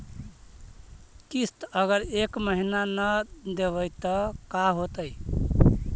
किस्त अगर एक महीना न देबै त का होतै?